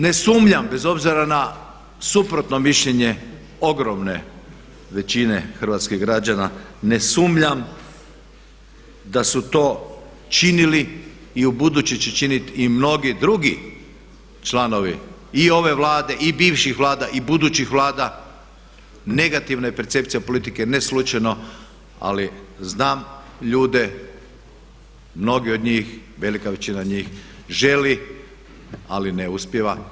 Ne sumnjam bez obzira na suprotno mišljenje ogromne većine hrvatskih građana, ne sumnjam da su to činili i u buduće će činiti i mnogi drugi članov i ove Vlade i bivših Vlada i budućih Vlada negativna je percepcija politike ne slučajno, ali znam ljude, mnogi od njih, velika većina njih želi ali ne uspijeva.